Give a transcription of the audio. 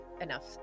enough